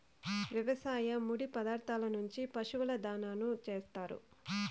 వ్యవసాయ ముడి పదార్థాల నుంచి పశువుల దాణాను చేత్తారు